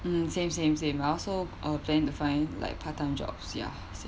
mm same same same I also uh plan to find like part time jobs ya same